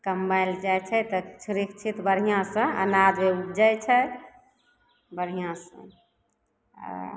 कमबै लए जाइ छै तऽ सुरक्षित बढ़िऑं से अनाज उपजै छै बढ़िऑं से आ